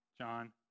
John